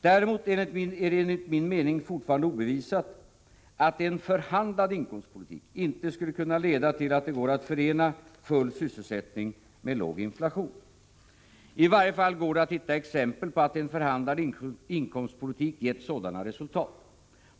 Däremot är det enligt min mening fortfarande obevisat att en förhandlad inkomstpolitik inte skulle kunna leda till att det går att förena full sysselsättning med låg inflation. I varje fall går det att hitta exempel på att en förhandlad inkomstpolitik gett sådana resultat.